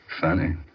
Funny